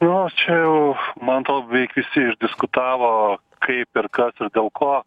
o čia jau man atrodo jau beveik visi išdiskutavo kaip ir kas dėl ko